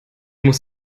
muss